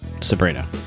sabrina